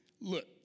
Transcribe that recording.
Look